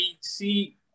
see